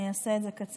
אני אעשה את זה קצר,